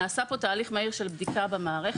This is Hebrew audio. נעשה כאן תהליך מהיר של בדיקה במערכת.